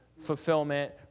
fulfillment